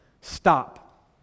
stop